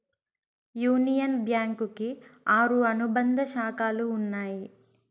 union bank కి ఆరు అనుబంధ శాఖలు ఉన్నాయి